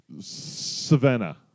Savannah